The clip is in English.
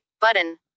Button